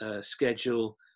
schedule